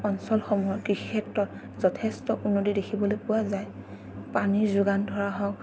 অঞ্চলসমূহত কৃষিক্ষেত্ৰত যথেষ্ট উন্নতি দেখিবলৈ পোৱা যায় পানীৰ যোগান ধৰা হওক